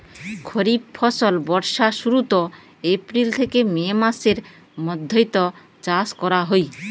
খরিফ ফসল বর্ষার শুরুত, এপ্রিল থেকে মে মাসের মৈধ্যত চাষ করা হই